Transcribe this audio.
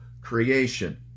creation